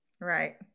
Right